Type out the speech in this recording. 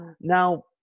Now